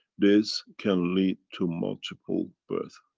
this can lead to multiple birth,